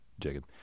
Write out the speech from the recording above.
Jacob